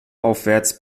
aufwärts